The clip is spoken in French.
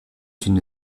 une